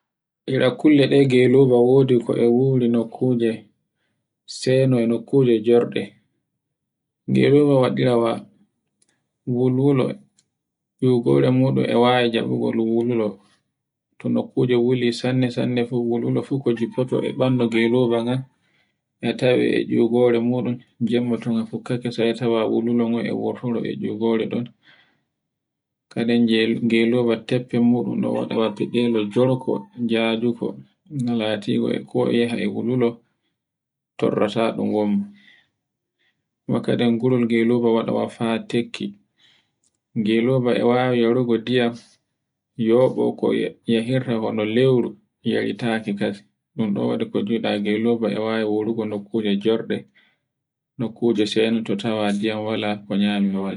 Era kulle geloba e wodi no kobe wuri no kunye, sai nono kunye jorde. Gelode wa wulwulo e gulamuɗum e wawi jabugol wuwowl tono kuli wulei sanne-sanne wulwlu fu jiffoto e banye goloba ngan e tawi e tcogoro muɗum jemma to nga fukkake sai a tawa a wulwulongon e wurtiro e tcogoron ɗon, kadan keden ngeloba e toffa mudum e wada warti gene jorko jajuko latiko e ko e yahaa e wulwulo tom ressaɗum wam. wa kadin ngurul geloba e wada wafa e tekki geloba e wawai yargo ndiyam yobo ko yahirnko e lewru yaritaake kadim, un ɗom wadi ko juda e geloba e wawai nokkunde jordo, nokkunje saino to tawa ndiyam wala ko nyame wala.